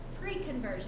pre-conversion